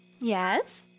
Yes